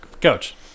Coach